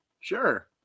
Sure